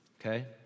Okay